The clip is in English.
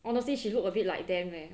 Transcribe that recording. honestly she look a bit like them leh